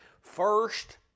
First